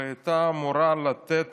והייתה אמורה לתת